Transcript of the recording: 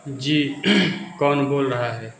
जी कौन बोल रहा है